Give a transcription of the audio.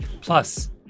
Plus